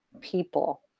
people